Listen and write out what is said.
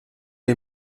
est